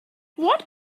what